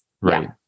right